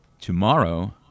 Tomorrow